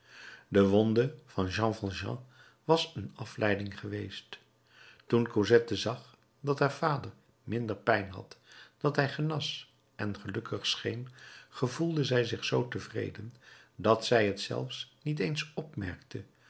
de wonde van jean valjean was een afleiding geweest toen cosette zag dat haar vader minder pijn had dat hij genas en gelukkig scheen gevoelde zij zich zoo tevreden dat zij t zelfs niet eens opmerkte